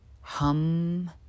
Hum